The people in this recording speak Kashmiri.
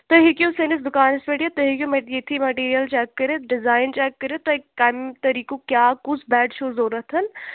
تُہۍ ہیٚکِو سٲنِس دُکانس پٮ۪ٹھ یِتھ تُہۍ ہیٚکِو مٹی ییٚتھی مَٹیٖرل چٮ۪ک کٔرِتھ ڈِزاین چٮ۪ک کٔرِتھ تۄہہِ کَمہِ طریٖقُک یا کُس بٮ۪ڈ چھُو ضوٚرَتھٕے